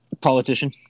Politician